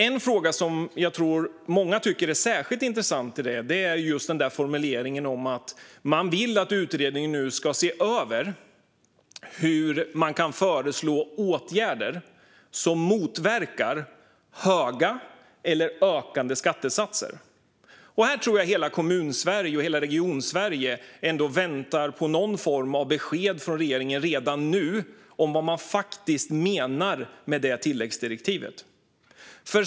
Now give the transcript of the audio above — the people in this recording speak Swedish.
En fråga som jag tror att många tycker är särskilt intressant i detta är just formuleringen att man vill att utredningen nu ska se över hur man kan föreslå åtgärder som motverkar höga eller ökande skattesatser. Jag tror att hela Kommun och Regionsverige redan nu väntar på någon form av besked från regeringen om vad man faktiskt menar med detta tilläggsdirektiv.